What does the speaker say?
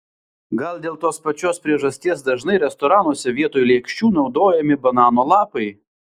gal dėl tos pačios priežasties dažnai restoranuose vietoj lėkščių naudojami banano lapai